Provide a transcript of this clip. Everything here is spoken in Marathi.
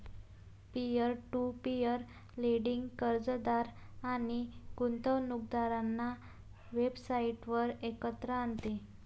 पीअर टू पीअर लेंडिंग कर्जदार आणि गुंतवणूकदारांना वेबसाइटवर एकत्र आणते